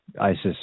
ISIS